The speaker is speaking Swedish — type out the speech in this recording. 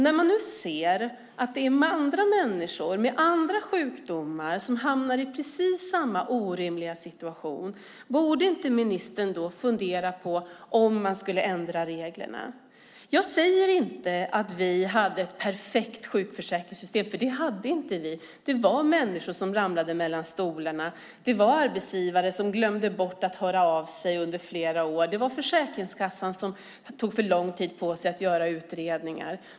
När man nu ser att det är andra människor med andra sjukdomar som hamnar i precis samma orimliga situation, borde då inte ministern fundera på om man skulle ändra reglerna? Jag säger inte att vi hade ett perfekt sjukförsäkringssystem, för det hade vi inte. Det var människor som ramlade mellan stolarna. Det fanns arbetsgivare som glömde bort att höra av sig under flera år. Det var Försäkringskassan som tog för lång tid på sig att göra utredningar.